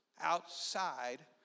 outside